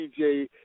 DJ